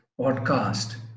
podcast